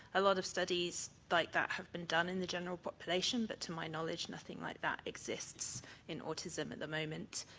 a lot of studies like that have been done in the general population but to my knowledge, nothing like that exists in autism at the moment,